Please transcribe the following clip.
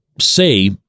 say